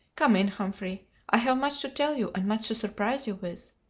come in, humphrey i have much to tell you and much to surprise you with.